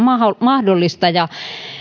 mahdollista ja